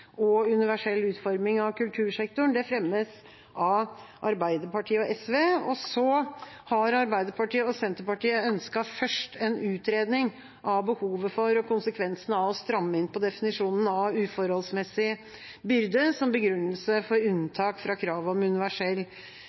og svaksynte og universell utforming av kultursektoren fremmes av Arbeiderpartiet og SV, og så har Arbeiderpartiet og Senterpartiet først ønsket en utredning av behovet for og konsekvensen av å stramme inn på definisjonen av «uforholdsmessig byrde» som begrunnelse for unntak fra krav om universell